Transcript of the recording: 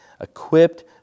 equipped